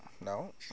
No